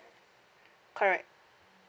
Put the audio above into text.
correct